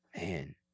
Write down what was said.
man